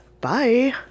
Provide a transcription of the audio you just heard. Bye